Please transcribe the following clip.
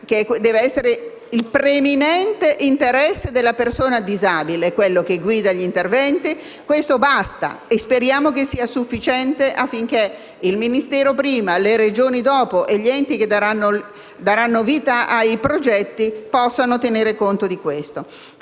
deve essere il preminente interesse della persona disabile a guidare gli interventi. Questo basta, e speriamo sia sufficiente affinché il Ministero prima, le Regioni dopo, e gli enti che daranno vita ai progetti possano tenerne conto.